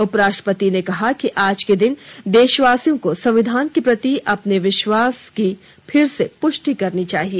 उपराष्ट्रपति ने कहा कि आज के दिन देशवासियों को संविधान के प्रति अपने विश्वास की फिर से पुष्टि करनी चाहिए